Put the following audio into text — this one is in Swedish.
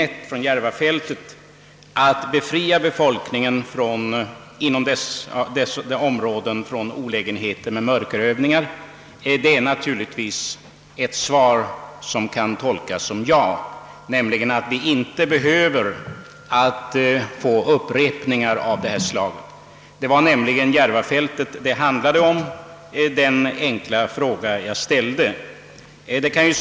1 från Järvafältet att befria befolkningen inom dessa områden från de olägenheter som mörkerövningarna för närvarande medför», kan naturligtvis tolkas som ett ja, nämligen att vi inte behöver befara någon upprepning av de olägenheter det här närmast gäller. Det var just Järvafältet jag hade i tankarna när jag ställde min enkla fråga.